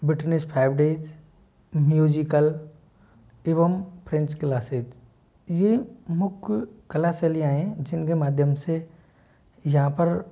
बिटनेस five days musical एवं French classes ये मुख्य कला शैलियाँ है जिनके माध्यम से यहाँ पर